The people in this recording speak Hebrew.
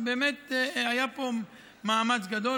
באמת היה פה מאמץ גדול,